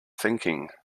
thinking